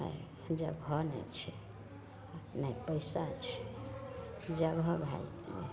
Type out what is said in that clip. आओर जगह नहि छै नहि पइसा छै जगह भए जएतै ने